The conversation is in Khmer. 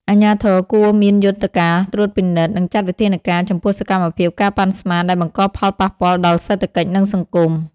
អាជ្ញាធរគួរមានយន្តការត្រួតពិនិត្យ និងចាត់វិធានការចំពោះសកម្មភាព ការប៉ាន់ស្មាន ដែលបង្កផលប៉ះពាល់ដល់សេដ្ឋកិច្ច និងសង្គម។